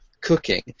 cooking